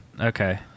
Okay